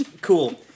Cool